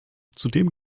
zudem